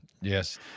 yes